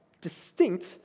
distinct